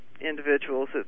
individuals